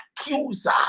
Accuser